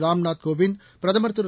ராம்நாத் கோவிந்த் பிரதமர் திரு